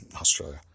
Australia